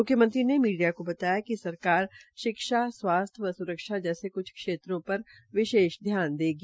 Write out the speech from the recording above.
मुख्यमंत्री ने मीडिया को बताया कि सरकार शिक्षा स्वास्थ्य व स्रक्षा जैसे क्छ क्षेत्रों पर विशेष ध्यान देगी